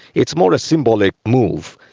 it's more a symbolic move.